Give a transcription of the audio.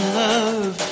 love